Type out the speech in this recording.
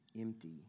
empty